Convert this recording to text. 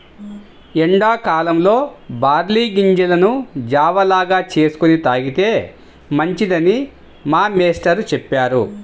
ఎండా కాలంలో బార్లీ గింజలను జావ లాగా చేసుకొని తాగితే మంచిదని మా మేష్టారు చెప్పారు